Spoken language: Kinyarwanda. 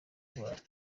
ndwara